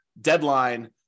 deadline